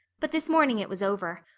but this morning it was over.